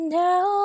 now